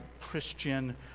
Christian